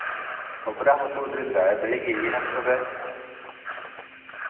ಗೊಬ್ಬರ ಹಾಕುವುದರಿಂದ ಬೆಳಿಗ ಏನಾಗ್ತದ?